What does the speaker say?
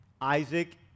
isaac